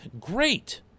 great